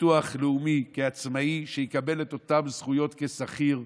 ביטוח לאומי כעצמאי, שיקבל את אותן זכויות כשכיר.